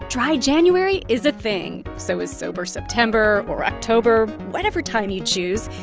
dry january is a thing, so is sober september or october. whatever time you choose,